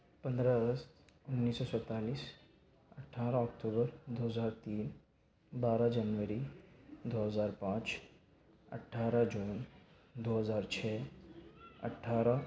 پندرہ اگست انیس سو سینتالیس اٹھارہ اکتوبر دو ہزار تین بارہ جنوری دو ہزار پانچ اٹھارہ جون دو ہزار چھ اٹھارہ